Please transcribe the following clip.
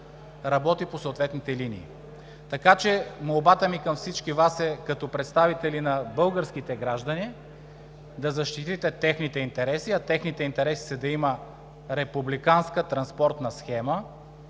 работи по съответните линии. Молбата ми към всички Вас като представители на българските граждани е да защитите техните интереси, а техните интереси са да има републиканска транспортна схема,